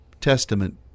testament